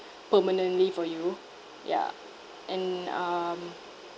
permanently for you yeah and um